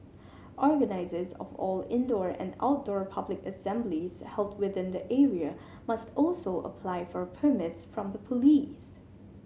organisers of all indoor and outdoor public assemblies held within the area must also apply for permits from the police